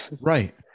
Right